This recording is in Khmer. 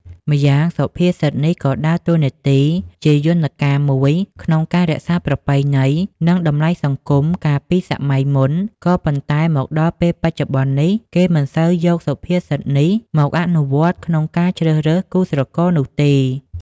ម្យ៉ាងសុភាសិតនេះក៏ដើរតួនាទីជាយន្តការមួយក្នុងការរក្សាប្រពៃណី និងតម្លៃសង្គមកាលពីសម័យមុន ក៏ប៉ុន្តែមកដល់ពេលបច្ចុប្បន្ននេះគេមិនសូវយកសុភាសិតនេះមកអនុវត្តក្នុងការជ្រើសរើសគូស្រករនោះទេ។